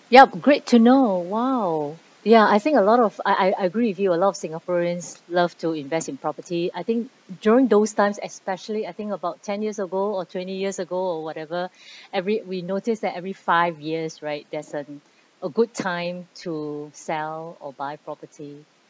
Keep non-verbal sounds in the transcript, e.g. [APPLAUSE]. yup great to know !wow! ya I think a lot of I I agree with you a lot of singaporeans love to invest in property I think during those times especially I think about ten years ago or twenty years ago or whatever [BREATH] every we noticed that every five years right there is a good time to sell or buy property